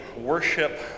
Worship